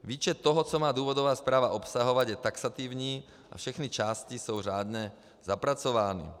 Výčet toho, co má důvodová zpráva obsahovat, je taxativní a všechny části jsou řádně zapracovány.